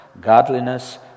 godliness